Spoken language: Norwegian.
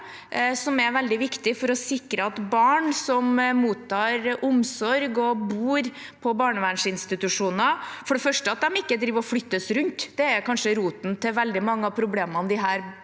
som er veldig viktig for å sikre at barn som mottar omsorg og bor på barnevernsinstitusjoner, for det første ikke driver og flyttes rundt – det er kanskje roten til veldig mange av problemene disse